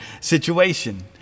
situation